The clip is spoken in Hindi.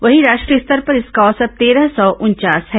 वहीं राष्ट्रीय स्तर पर इसका औसत तेरह सौ उनचास है